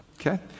Okay